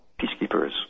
peacekeepers